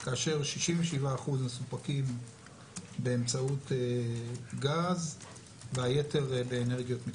כאשר 67% מסופקים באמצעות גז והיתר באנרגיות מתחדשות.